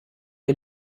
ihr